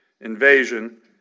invasion